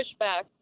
pushback